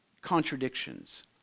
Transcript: contradictions